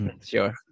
Sure